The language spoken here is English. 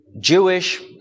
Jewish